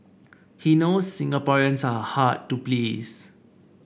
he knows Singaporeans are hard to please